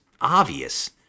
obvious